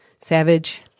Savage